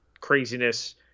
craziness